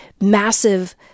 massive